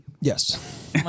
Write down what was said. Yes